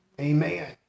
Amen